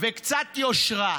וקצת יושרה,